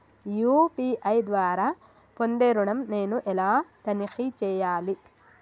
UPI ద్వారా పొందే ఋణం నేను ఎలా తనిఖీ చేయాలి?